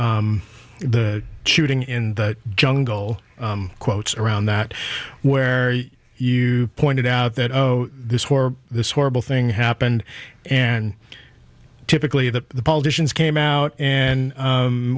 shooting in the jungle quotes around that where you pointed out that oh this war this horrible thing happened and typically that the politicians came out and